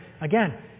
Again